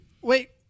Wait